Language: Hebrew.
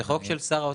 זה חוק של שר האוצר.